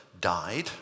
died